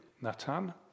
Nathan